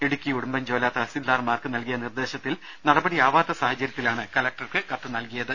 ഇടുക്കി ഉടുമ്പൻചോല തഹസിൽദാർമാർക്ക് നൽകിയ നിർദ്ദേശത്തിൽ നടപടിയാവാത്ത സാഹചര്യത്തിലാണ് കലക്ടർക്ക് കത്ത് നൽകിയത്